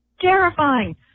terrifying